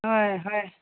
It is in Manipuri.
ꯍꯣꯏ ꯍꯣꯏ